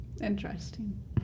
interesting